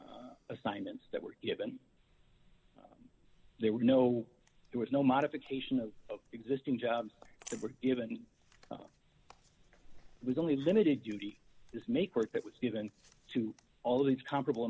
assignments that were given there were no there was no modification of existing jobs that were given was only limited duty this make work that was given to all of these comparable